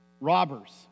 robbers